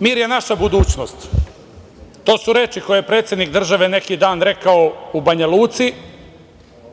je naša budućnost". To su reči koje je predsednik države neki dan rekao u Banja Luci